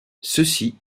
cecy